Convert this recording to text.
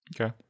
Okay